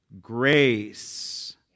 grace